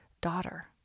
daughter